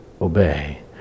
obey